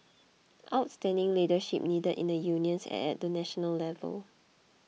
outstanding leadership needed in the unions and at the national level